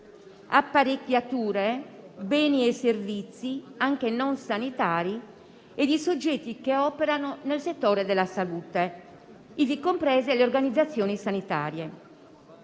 apparecchiature, beni e servizi anche non sanitari e di soggetti che operano nel settore della salute, ivi comprese le organizzazioni sanitarie.